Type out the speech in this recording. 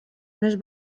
més